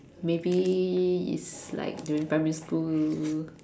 maybe it's like during primary school